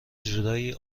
جورایی